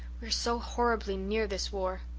are so horribly near this war.